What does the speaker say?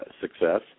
success